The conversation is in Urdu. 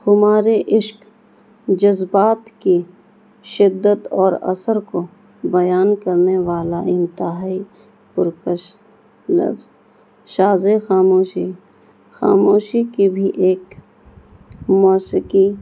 خمار عشق جذبات کی شدت اور اثر کو بیان کرنے والا انتہائی پرکش لفظ شاز خاموشی خاموشی کی بھی ایک موسیقی